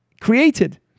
created